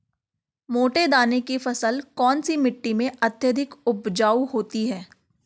मोटे दाने की फसल कौन सी मिट्टी में अत्यधिक उपजाऊ होती है?